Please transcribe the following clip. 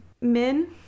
men